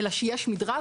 יש מדרג,